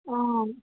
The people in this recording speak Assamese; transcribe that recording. অঁ